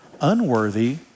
Unworthy